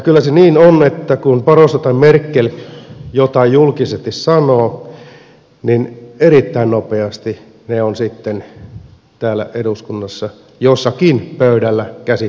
kyllä se niin on että kun barroso tai merkel jotain julkisesti sanovat niin erittäin nopeasti se on sitten täällä eduskunnassa jossakin pöydällä käsittelyssä hyvin kiireellä aikataululla